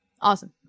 Awesome